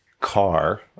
car